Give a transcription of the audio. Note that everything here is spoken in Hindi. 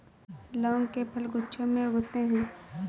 लौंग के फल गुच्छों में उगते हैं